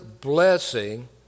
blessing